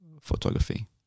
photography